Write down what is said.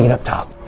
you know up top.